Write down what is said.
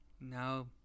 No